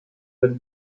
wurde